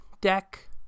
deck